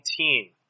19